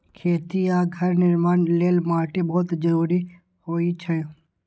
खेती आ घर निर्माण लेल माटि बहुत जरूरी होइ छै